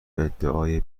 ادعای